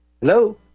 Hello